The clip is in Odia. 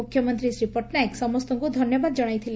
ମୁଖ୍ୟମନ୍ତୀ ଶ୍ରୀ ପଟ୍ଟନାୟକ ସମସ୍ତଙ୍କୁ ଧନ୍ୟବାଦ ଜଣାଇଥିଲେ